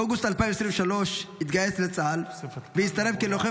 באוגוסט 2023 התגייס לצה"ל והצטרף כלוחם